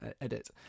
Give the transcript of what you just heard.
edit